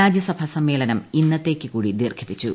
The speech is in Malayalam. രാജ്യസഭ സമ്മേളനം ഇന്നത്തേക്ക് കൂടി ദീർഘിപ്പിച്ചു